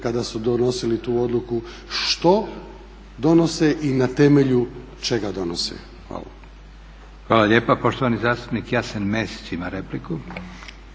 kada su donosili tu odluku što donose i na temelju čega donose. Hvala. **Leko, Josip (SDP)** Hvala lijepa. Poštovani zastupnik Jasen Mesić ima repliku.